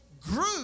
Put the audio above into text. grew